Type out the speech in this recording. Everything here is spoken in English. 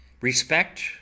respect